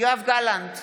יואב גלנט,